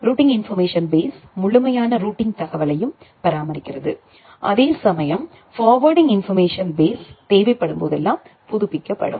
routing information base முழுமையான routing தகவலையும் பராமரிக்கிறது அதேசமயம்ஃபார்வேர்டிங் இன்போர்மேஷன் பேஸ் தேவைப்படும் போதெல்லாம் புதுப்பிக்கப்படும்